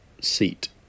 seat